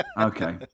Okay